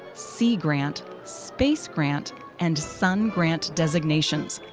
sea grant, space grant and sun grant designations.